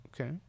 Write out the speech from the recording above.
Okay